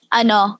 ano